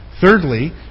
Thirdly